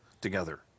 together